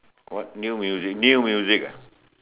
what new music new music ah